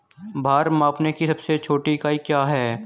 भार मापने की सबसे छोटी इकाई क्या है?